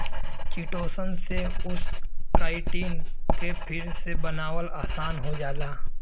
chitosan से उस chitin के फिर से बनावल आसान हो जाला